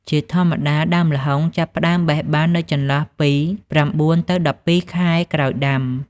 ជាធម្មតា ដើមល្ហុងចាប់ផ្ដើមបេះបាននៅចន្លោះពី ៩ ទៅ ១២ ខែក្រោយដាំ។